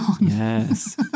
Yes